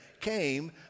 came